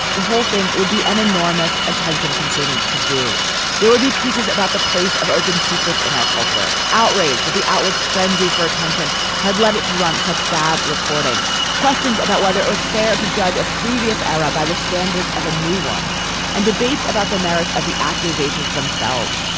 the whole thing would be an enormous attention consuming to do there would be pieces about the place of open secrets in our culture. outraged at the outwits frenzy for attention had led it to run such bad reporting questions about whether it was fair to judge a previous era by the standards of a new one and debates about the merits of the accusations themselves.